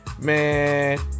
Man